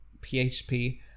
PHP